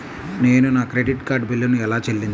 నేను నా credit card బిల్లును ఎలా చెల్లించాలీ?